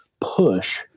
push